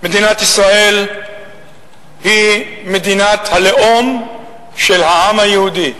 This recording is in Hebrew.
מדינת ישראל היא מדינת הלאום של העם היהודי.